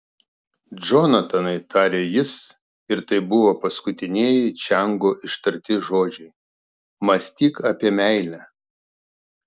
džonatanai tarė jis ir tai buvo paskutinieji čiango ištarti žodžiai mąstyk apie meilę